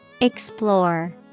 Explore